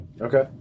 Okay